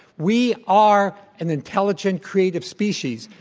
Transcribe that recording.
we are an intelligent, creative species.